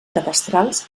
cadastrals